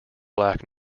black